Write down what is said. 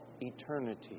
eternity